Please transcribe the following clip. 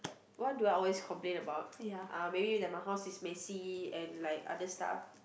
what do I always complain about uh maybe that my house is messy and like other stuff